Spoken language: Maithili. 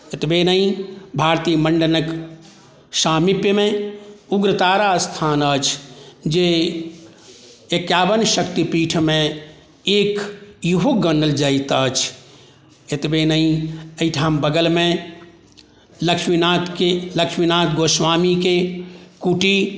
एतबे नहि भारती मण्डनक सामीप्यमे उग्रतारा स्थान अछि जे एकावन शक्ति पीठमे एक इहो गनल जाइत अछि एतबे नहि एहिठाम बगलमे लक्ष्मीनाथके लक्ष्मीनाथ गोस्वामीके कुटी